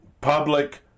public